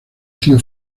tío